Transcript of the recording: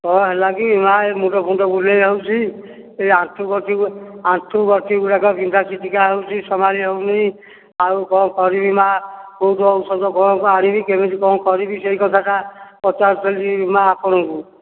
କ'ଣ ହେଲାକି ମା' ଏଇ ମୁଣ୍ଡ ଫୁଣ୍ଡ ବୁଲେଇ ଯାଉଛି ଏ ଆଣ୍ଠୁ ଗଣ୍ଠି ଆଣ୍ଠୁ ଗଣ୍ଠିଗୁଡ଼ାକ ବିନ୍ଧା ଛିଟିକା ହେଉଛି ସମ୍ଭାଳି ହେଉନି ଆଉ କ'ଣ କରିବି ମା' କେଉଁଠୁ ଔଷଧ କ'ଣ ଆଣିବି କେମିତି କ'ଣ କରିବି ସେଇ କଥାଟା ପଚାରୁଥିଲି ମା' ଆପଣଙ୍କୁ